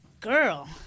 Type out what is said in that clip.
Girl